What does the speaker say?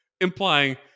implying